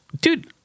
Dude